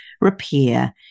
repair